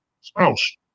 spouse